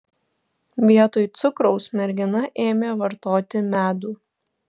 vietoj cukraus mergina ėmė vartoti medų